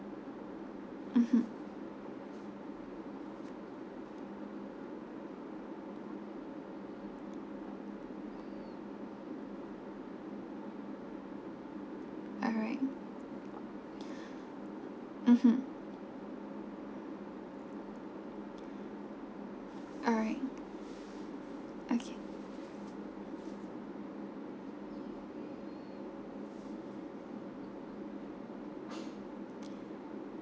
mmhmm alright mmhmm alright okay